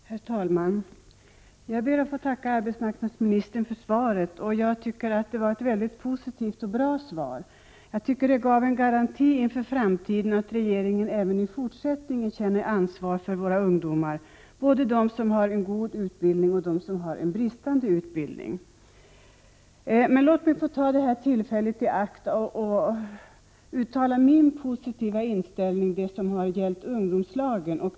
Herr talman! Jag ber att få tacka arbetsmarknadsministern för svaret. Det var ett positivt och bra svar. Jag tycker det gav en garanti inför framtiden, att regeringen även i fortsättningen känner ansvar för våra ungdomar, både dem som har en god utbildning och dem som har en bristande utbildning. Låt mig få ta tillfället i akt att uttala min positiva inställning till ungdomslagen.